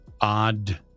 odd